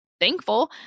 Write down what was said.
thankful